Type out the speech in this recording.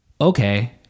okay